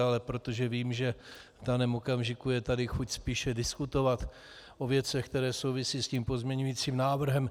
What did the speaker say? Ale protože vím, že v daném okamžiku je tady chuť spíše diskutovat o věcech, které souvisí s tím pozměňujícím návrhem...